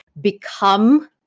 become